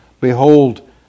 Behold